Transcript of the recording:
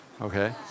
okay